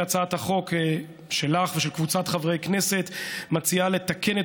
הצעת החוק שלך ושל קבוצת חברי הכנסת מציעה לתקן את